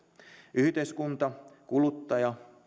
yhteiskunta kuluttaja